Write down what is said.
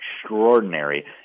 extraordinary